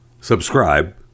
subscribe